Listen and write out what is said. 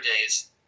days